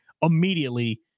immediately